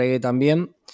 también